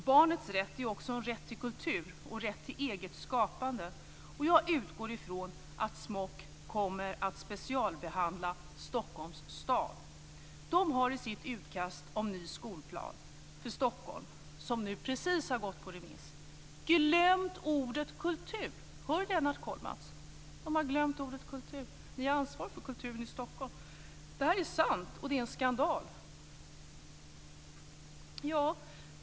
Barnens rätt gäller också en rätt till kultur och en rätt till eget skapande. Jag utgår från att SMOK kommer att specialbehandla Stockholms stad. I det utkast om ny skolplan för Stockholm som precis har gått ut på remiss har man glömt ordet kultur. Hör Lennart Kollmats det! Ni har ansvaret för kulturen i Stockholm. Det här är sant, och det är en skandal.